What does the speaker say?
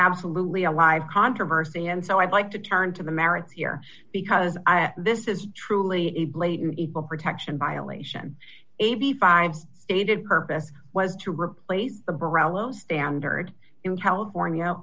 absolutely a live controversy and so i'd like to turn to the merits here because this is truly a blatant equal protection violation eighty five a good purpose was to replace the barolo standard in california